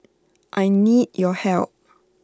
I need your help